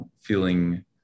feeling